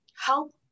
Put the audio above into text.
help